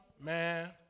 Man